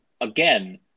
again